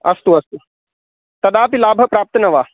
अस्तु अस्तु कदापि लाभः प्राप्तः न वा